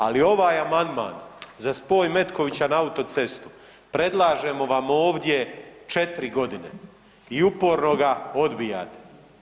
Ali ovaj amandman za spoj Metkovića na autocestu predlažemo vam ovdje 4 godine i uporno ga odbijate.